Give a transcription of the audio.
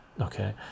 okay